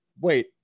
wait